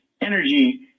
energy